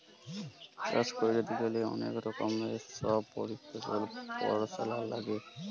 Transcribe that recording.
চাষ ক্যইরতে গ্যালে যে অলেক রকমের ছব পরকৌশলি পরাশলা লাগে